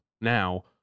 now